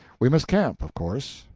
we must camp, of course.